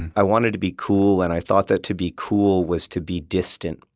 and i wanted to be cool and i thought that to be cool was to be distant.